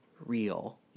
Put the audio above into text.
real